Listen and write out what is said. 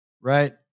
right